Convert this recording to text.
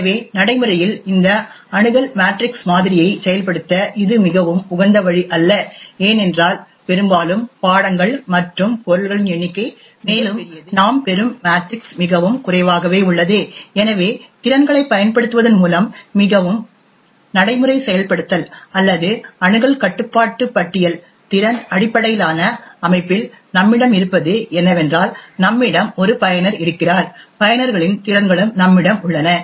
எனவே நடைமுறையில் இந்த அணுகல் மேட்ரிக்ஸ் மாதிரியைச் செயல்படுத்த இது மிகவும் உகந்த வழி அல்ல ஏனென்றால் பெரும்பாலும் பாடங்கள் மற்றும் பொருள்களின் எண்ணிக்கை மிகப் பெரியது மேலும் நாம் பெறும் மேட்ரிக்ஸ் மிகவும் குறைவாகவே உள்ளது எனவே திறன்களைப் பயன்படுத்துவதன் மூலம் மிகவும் நடைமுறை செயல்படுத்தல் அல்லது அணுகல் கட்டுப்பாட்டு பட்டியல் திறன் அடிப்படையிலான அமைப்பில் நம்மிடம் இருப்பது என்னவென்றால் நம்மிடம் ஒரு பயனர் இருக்கிறார் பயனர்களின் திறன்களும் நம்மிடம் உள்ளன